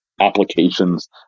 applications